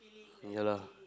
ya lah